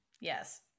yes